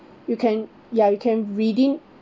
you can ya you can redeem